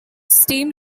steam